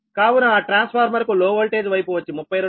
కావున ఆ transformer కు లో ఓల్టేజ్ వైపు వచ్చి 32 KV